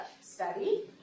study